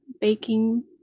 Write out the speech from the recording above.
baking